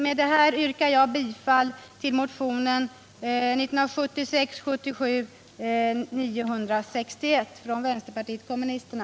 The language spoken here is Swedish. Med det sagda 'ber jag att få yrka bifall till motionen 1976/77:961 från vänsterpartiet kommunisterna.